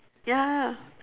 ya